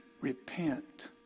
Repent